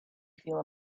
feel